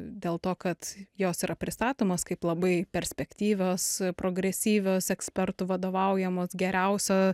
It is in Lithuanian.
dėl to kad jos yra pristatomos kaip labai perspektyvios progresyvios ekspertų vadovaujamos geriausio